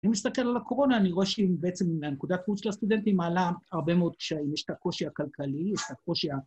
אם נסתכל על הקורונה, אני רואה שבעצם מהנקודת חוץ של הסטודנטים מעלה הרבה מאוד קשיים, יש את הקושי הכלכלי, יש את הקושי ה...